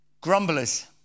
grumblers